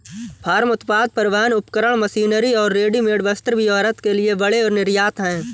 farm उत्पाद, परिवहन उपकरण, मशीनरी और रेडीमेड वस्त्र भी भारत के लिए बड़े निर्यात हैं